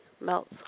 melts